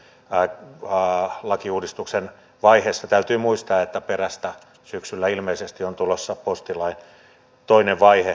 tässä postilain ensimmäisen lakiuudistuksen vaiheessa täytyy muistaa että perästä syksyllä ilmeisesti on tulossa postilain toinen vaihe